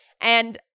And-